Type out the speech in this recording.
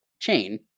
chain